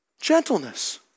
Gentleness